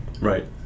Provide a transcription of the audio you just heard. Right